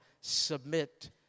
submit